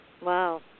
Wow